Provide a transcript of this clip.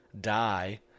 die